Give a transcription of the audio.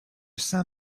saint